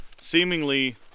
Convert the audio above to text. seemingly